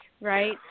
right